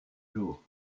jours